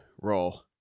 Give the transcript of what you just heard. roll